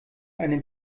eine